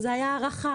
זה זכה להערכה,